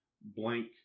blank